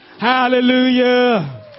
Hallelujah